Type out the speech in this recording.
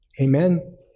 Amen